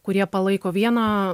kurie palaiko vieną